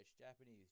Japanese